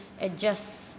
adjust